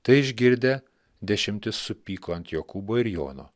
tai išgirdę dešimtis supyko ant jokūbo ir jono